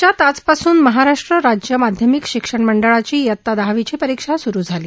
राज्यात आजपासून महाराष्ट्र राज्य माध्यमिक शिक्षण मंडळाची इयता दहावीची परीक्षा सूरु झाली